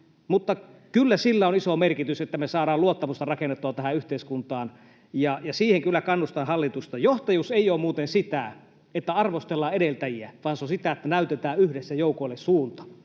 mutta kyllä sillä on iso merkitys, että me saadaan luottamusta rakennettua tähän yhteiskuntaan, ja siihen kyllä kannustan hallitusta. Johtajuus ei ole muuten sitä, että arvostellaan edeltäjiä, vaan se on sitä, että näytetään yhdessä joukoille suunta,